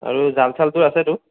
আৰু জাল ছালতো আছেতো